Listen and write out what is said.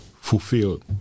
fulfilled